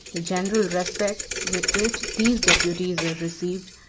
the general respect with which these deputies were received,